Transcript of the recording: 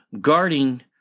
guarding